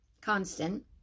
constant